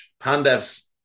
Pandev's